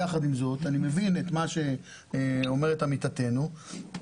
יחד עם זאת אני מבין את מה שאומרת עמיתתנו ואני